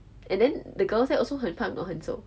and then the girls leh also 很胖 or 很瘦